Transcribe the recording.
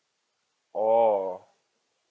oh